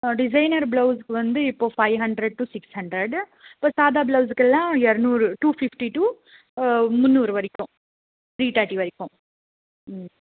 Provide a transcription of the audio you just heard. designer பிளவுசுக்கு வந்து இப்போ five hundred to six hundred இப்போ சாதா பிளவுஸுக்கு எல்லாம் இரநூறு டூ ஃபிஃப்டி டு முன்னூறு வரைக்கும் த்ரீ தேர்ட்டி வரைக்கும் ம்